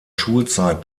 schulzeit